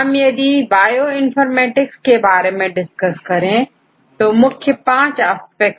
हम यदि बायोइनफॉर्मेटिक्स के बारे में डिस्कस करें तो मुख्य 5 एस्पेक्ट है